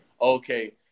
okay